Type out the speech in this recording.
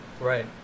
Right